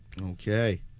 Okay